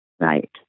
Right